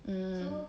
mm